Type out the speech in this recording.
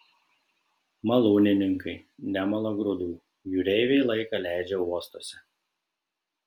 malūnininkai nemala grūdų jūreiviai laiką leidžia uostuose